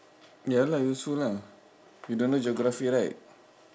ya lah useful lah you don't know geography right